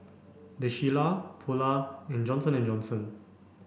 The Shilla Polar and Johnson and Johnson